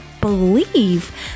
believe